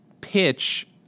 pitch